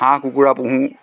হাঁহ কুকুৰা পুহোঁ